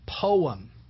poem